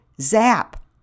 zap